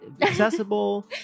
accessible